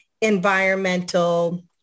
environmental